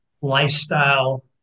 lifestyle